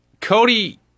Cody